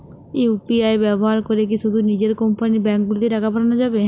UPI ব্যবহার করে কি শুধু নিজের কোম্পানীর ব্যাংকগুলিতেই টাকা পাঠানো যাবে?